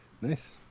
Nice